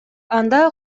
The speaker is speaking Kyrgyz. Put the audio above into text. анда